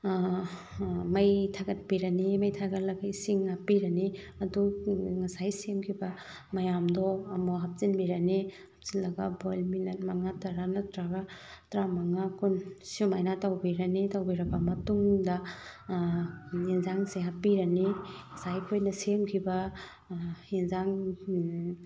ꯃꯩ ꯊꯥꯒꯠꯄꯤꯔꯅꯤ ꯃꯩ ꯊꯥꯒꯠꯂꯒ ꯏꯁꯤꯡ ꯍꯥꯞꯄꯤꯔꯅꯤ ꯑꯗꯨ ꯉꯁꯥꯏ ꯁꯦꯝꯈꯤꯕ ꯃꯌꯥꯝꯗꯣ ꯑꯃꯨꯛ ꯍꯥꯞꯆꯟꯕꯤꯔꯅꯤ ꯍꯥꯞꯆꯤꯜꯂꯒ ꯕꯣꯏꯜ ꯃꯤꯅꯠ ꯃꯉꯥ ꯇꯔꯥ ꯅꯠꯇ꯭ꯔꯒ ꯇꯔꯥꯃꯉꯥ ꯀꯨꯟ ꯁꯨꯃꯥꯏꯅ ꯇꯧꯕꯤꯔꯅꯤ ꯇꯧꯕꯤꯔꯕ ꯃꯇꯨꯡꯗ ꯌꯦꯟꯖꯥꯡꯁꯦ ꯍꯥꯞꯕꯤꯔꯅꯤ ꯉꯁꯥꯏ ꯑꯩꯈꯣꯏꯅ ꯁꯦꯝꯈꯤꯕ ꯌꯦꯟꯖꯥꯡ